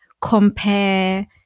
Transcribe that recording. compare